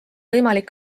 võimalik